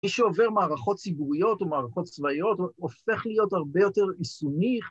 ‫מי שעובר מערכות ציבוריות ‫או מערכות צבאיות ‫הופך להיות הרבה יותר יישומי.